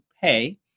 pay